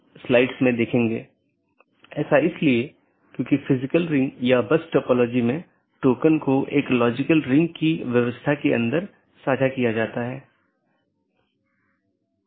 जब भी सहकर्मियों के बीच किसी विशेष समय अवधि के भीतर मेसेज प्राप्त नहीं होता है तो यह सोचता है कि सहकर्मी BGP डिवाइस जवाब नहीं दे रहा है और यह एक त्रुटि सूचना है या एक त्रुटि वाली स्थिति उत्पन्न होती है और यह सूचना सबको भेजी जाती है